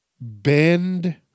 Bend